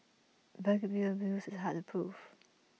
verbal abuse is hard proof